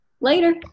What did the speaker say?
later